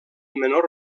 menor